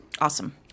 Awesome